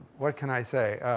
what can i say?